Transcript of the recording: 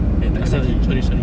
eh tak boleh maki